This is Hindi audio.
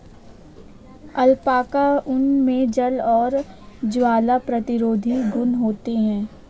अलपाका ऊन मे जल और ज्वाला प्रतिरोधी गुण होते है